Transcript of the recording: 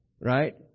Right